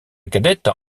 cadette